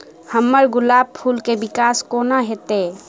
हम्मर गुलाब फूल केँ विकास कोना हेतै?